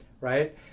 right